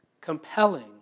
compelling